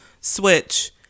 switch